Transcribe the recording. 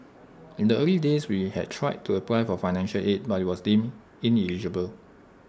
in the early days we had tried to apply for financial aid but was deemed ineligible